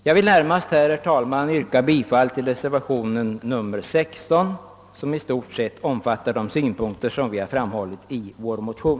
Jag vill närmast, herr talman, yrka bifall till reservationen 16, som i stort sett omfattar de synpunkter som vi har framfört i vår motion.